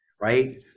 right